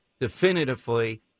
definitively